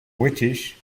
british